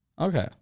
Okay